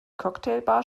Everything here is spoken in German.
cocktailbar